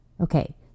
okay